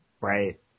right